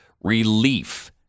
Relief